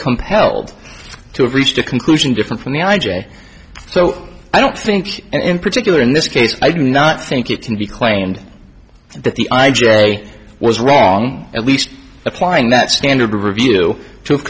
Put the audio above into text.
compelled to have reached a conclusion different from the i j a so i don't think and in particular in this case i do not think it can be claimed that the i j a was wrong at least applying that standard review to